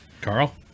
carl